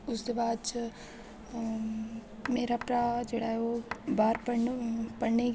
उसदे बाद च मेरा भ्राऽ जेह्ड़ा ऐ ओह् बाह्र पढ़न पढ़ने ई गेदा